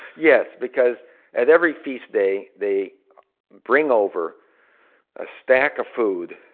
yes, because at every feast day, they bring over a stack of food,